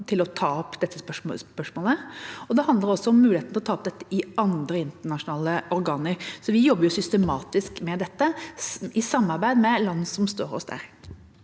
til å ta opp dette spørsmålet. Det handler også om mulighetene til å ta opp dette i andre internasjonale organer. Vi jobber systematisk med dette i samarbeid med land som står oss